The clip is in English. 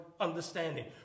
understanding